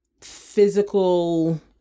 physical